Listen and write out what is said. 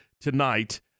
tonight